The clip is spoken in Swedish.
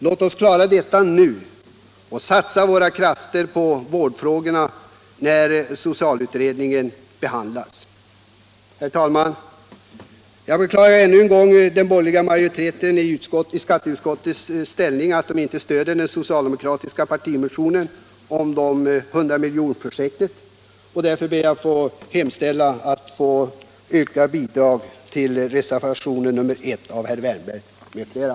Låt oss klara detta nu och satsa våra krafter på vårdfrågorna när socialutredningen behandlas. Herr talman! Jag beklagar ännu en gång att den borgerliga majoriteten inte stöder den socialdemokratiska partimotionen om hundramiljonerprojektet och yrkar därför bifall till reservationen 1 av herr Wärnberg m.fl.